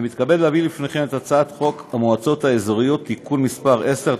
אני מתכבד להביא בפניכם את הצעת חוק המועצות האזוריות (תיקון מס' 10),